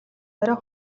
оройн